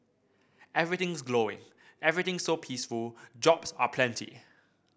everything's glowing everything's so peaceful jobs are plenty